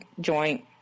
joint